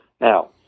Now